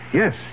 yes